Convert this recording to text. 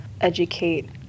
educate